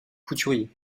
couturier